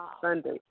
Sunday